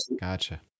gotcha